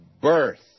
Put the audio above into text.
birth